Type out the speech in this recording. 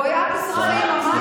בואי את תיסחפי עם המים שלך.